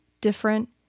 different